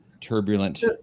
turbulent